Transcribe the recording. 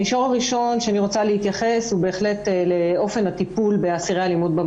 המישור הראשון שאני רוצה להתייחס הוא בהחלט אופן הטיפול באסירי אלמ"ב.